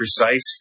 precise